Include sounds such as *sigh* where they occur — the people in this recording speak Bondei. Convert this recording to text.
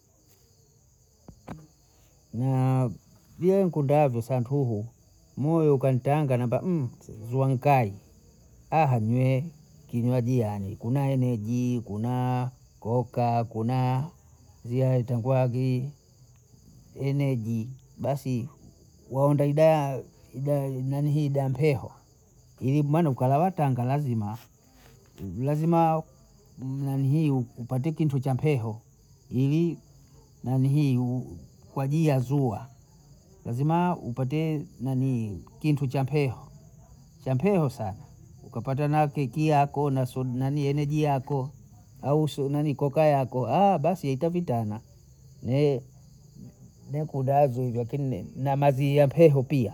*hesitation* na vyo nikundavyo santuhu, mie ukantanga namba *hesitation* viwa nkali aha mie kinywaji yane kuna eneji, kunaa koka, kunaa ziwaeta ngwagi eneji, basi waonda idaya idaya nanihii dampehwa, ilimmane ukalala tanga lazima lazima nanihii upate kintu cha mpeho, ili nanihii kwa ajili ya zua lazima upate kintu cha mpeho, cha mpeho sana, ukapata na keki yako na *hesitation* na nani eneji yako, au *hesitation* koka yako, *hesitation* basi aita kitana, ni we *hesitation* nikundazo hizo, kini na maziha mpeho pia